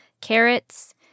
carrots